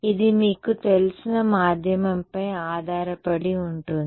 ఇది మీకు తెలిసిన మాధ్యమంపై ఆధారపడి ఉంటుంది